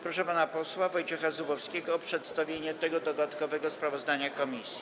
Proszę pana posła Wojciecha Zubowskiego o przedstawienie tego dodatkowego sprawozdania komisji.